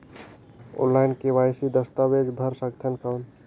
Online KYC दस्तावेज भर सकथन कौन?